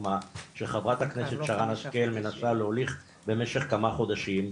שחברת הכנסת שרן השכל מנסה להוליך במשך כמה חודשים,